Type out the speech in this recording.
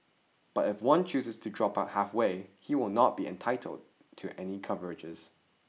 but if one chooses to drop out halfway he will not be entitled to any coverages